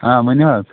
آ ؤنِو حظ